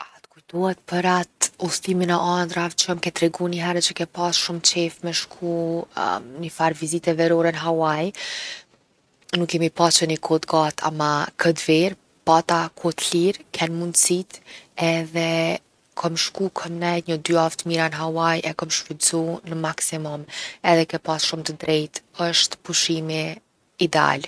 A t’kujtohet për atë udhëtimin e andrrave që m’ke tregu nihere që ke pas shumë qef me shku nifar vizite verore n’Hawai? Nuk jemi pa që ni kohë t’gatë ama kët verë pata kohë t’lirë, ken mundsitë edhe kom shku kom nejt njo 2 javë t’mira në Hawai, e kom shfrytzu n’maksimum. Edhe ke pas shumë t’drejtë, osht pushimi ideal.